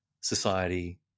society